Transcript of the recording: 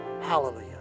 Hallelujah